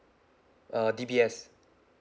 uh D_B_S